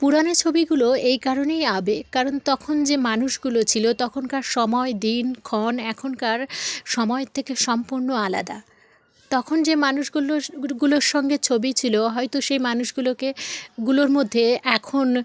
পুরানো ছবিগুলো এই কারণেই আবেগ কারণ তখন যে মানুষগুলো ছিলো তখনকার সময় দিন ক্ষণ এখনকার সময়ের থেকে সম্পূণ্ণো আলাদা তখন যে মানুষগুলো গুলোর সঙ্গে ছবি ছিলো হয়তো সেই মানুষগুলোকে গুলোর মধ্যে এখন